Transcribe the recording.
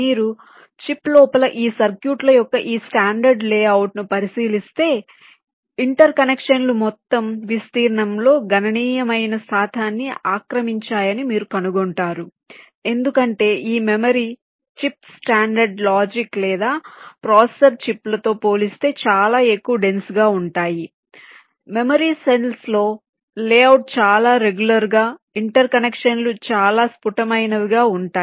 మీరు చిప్ లోపల ఈ సర్క్యూట్ల యొక్క ఈ స్టాండర్డ్ లేఅవుట్ను పరిశీలిస్తే ఇంటర్ కనెక్షన్లు మొత్తం విస్తీర్ణంలో గణనీయమైన శాతాన్ని ఆక్రమించాయని మీరు కనుగొంటారు ఎందుకంటే ఈ మెమరీ చిప్స్ స్టాండర్డ్ లాజిక్ లేదా ప్రాసెసర్ చిప్లతో పోలిస్తే చాలా ఎక్కువ డెన్స్ గా ఉంటాయి మెమరీ సెల్స్ లో లేఅవుట్ చాలా రెగ్యులర్ గా ఇంటర్ కనెక్షన్లు చాలా స్ఫుటమైనవిగా ఉంటాయి